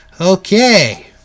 Okay